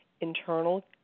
internal